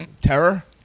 Terror